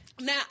Now